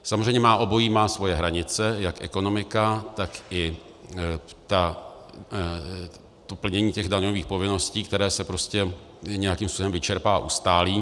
Samozřejmě obojí má svoje hranice, jak ekonomika, tak i plnění daňových povinností, které se prostě nějakým způsobem vyčerpá a ustálí.